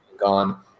gone